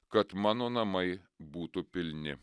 kad mano namai būtų pilni